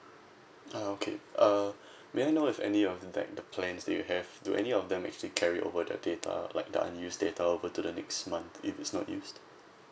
ah okay uh may I know if any of like the plans that you have do any of them actually carry over the data like the unused data over to the next month if it's not used